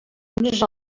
unes